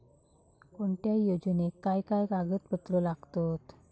कोणत्याही योजनेक काय काय कागदपत्र लागतत?